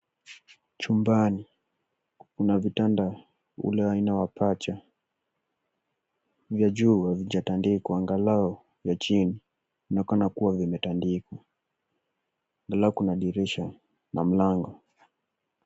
Chumbani kuna vitanda ule wa aina ya pacha. Vya juu havijatandikwa angalau ya chini inaonekana kuwa vimetandikwa. Angalau kuna dirisha na mlango.